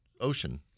Ocean